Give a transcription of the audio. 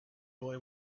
boy